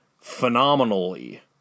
phenomenally